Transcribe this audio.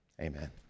amen